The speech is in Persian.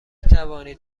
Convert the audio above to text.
توانید